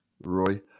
Roy